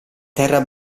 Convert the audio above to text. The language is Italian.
terra